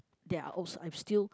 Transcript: they are also I've still